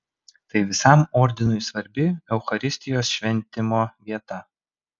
tai visam ordinui svarbi eucharistijos šventimo vieta